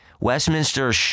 Westminster